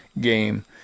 game